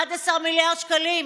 11 מיליארד שקלים,